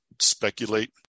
speculate